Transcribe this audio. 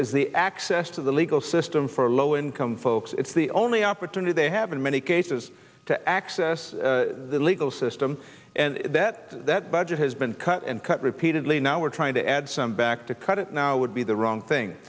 is the access to the legal system for low income folks it's the only opportunity they have in many cases to access the legal system and that that budget has been cut and cut repeatedly now we're trying to add some back to cut it now would be the wrong thing